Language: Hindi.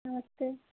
नमस्ते